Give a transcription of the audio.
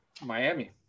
Miami